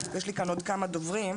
יש לי כאן עוד כמה דוברים.